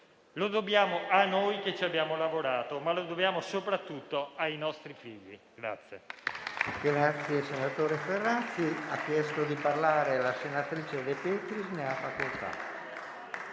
lo dobbiamo a noi che ci abbiamo lavorato, ma lo dobbiamo soprattutto ai nostri figli.